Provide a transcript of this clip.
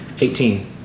Eighteen